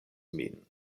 min